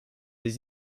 des